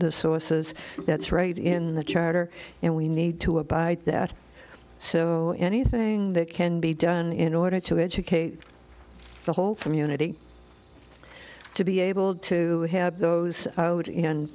the sources that's right in the charter and we need to abide that so anything that can be done in order to educate the whole from unity to be able to have those out